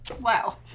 wow